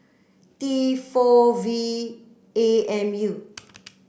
T four V A M U